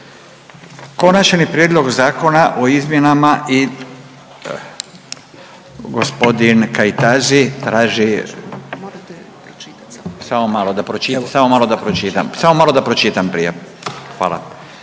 Konačni prijedlog zakona o izmjenama i, gospodin Kajtazi traži, samo malo da pročitam prije. Hvala.